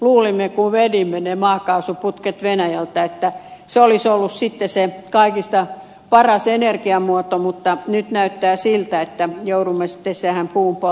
luulimme kun vedimme ne maakaasuputket venäjältä että se maakaasu olisi ollut sitten se kaikista paras energiamuoto mutta nyt näyttää siltä että joudumme sitten tähän puun polttamiseen